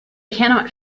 cannot